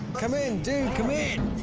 come in, dude, come in.